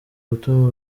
gutuma